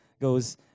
goes